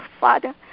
Father